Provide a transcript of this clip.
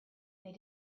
they